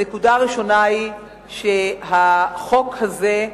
הנקודה הראשונה היא שחוק הזה,